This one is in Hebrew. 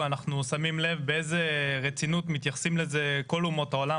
אנחנו שמים לב באיזה רצינות מתייחסים לזה כל אומות העולם,